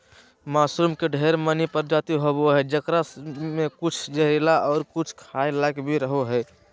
mushroom के ढेर मनी प्रजाति होवो हय जेकरा मे कुछ जहरीला और कुछ खाय लायक भी रहो हय